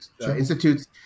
Institutes